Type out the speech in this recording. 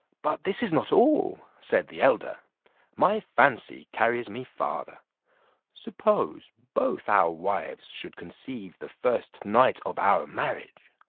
but this is not all, said the elder my fancy carries me farther suppose both our wives should conceive the first night of our marriage,